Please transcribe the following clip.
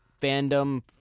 fandom